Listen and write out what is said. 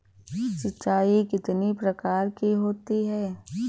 सिंचाई कितनी प्रकार की होती हैं?